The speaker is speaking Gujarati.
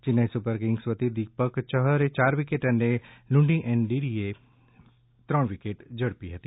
ચેન્નાઈ સુપર કિંગ્સ વતી દીપક યહરે યાર વિકેટ અને લુંગી એનગીડીએ ત્રણ વિકેટ ઝડપી હતી